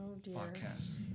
podcast